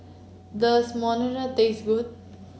does Monsunabe taste good